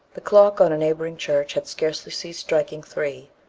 the clock on a neighbouring church had scarcely ceased striking three,